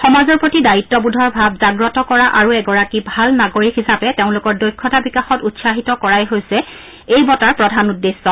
সমাজৰ প্ৰতি দায়িত্ববোধৰ ভাৱ জাগ্ৰত কৰা আৰু এগৰাকী ভাল নাগৰিক হিচাপে তেওঁলোকৰ দক্ষতা বিকাশত উৎসাহিত কৰাই হৈছে এই বঁটাৰ প্ৰধান উদ্দেশ্য